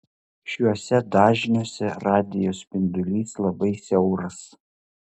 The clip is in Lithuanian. šiuose dažniuose radijo spindulys labai siauras